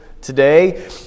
today